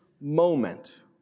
moment